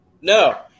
No